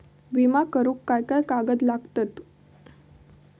विमा करुक काय काय कागद लागतत?